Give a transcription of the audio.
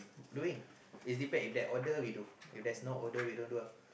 doing is depend if that order we do if there's no order we don't do ah